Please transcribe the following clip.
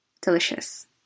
Delicious